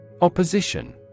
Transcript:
Opposition